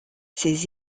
ces